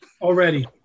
Already